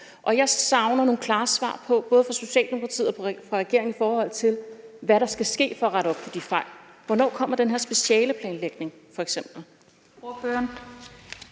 jeg savner nogle klare svar, både fra Socialdemokratiet og fra regeringen, på, hvad der skal ske for at rette op på de fejl. Hvornår kommer f.eks. den her specialeplanlægning?